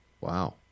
Wow